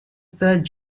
third